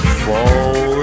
fall